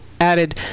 added